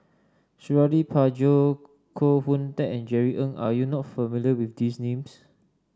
Suradi Parjo Koh Hoon Teck and Jerry Ng are you not familiar with these names